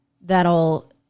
that'll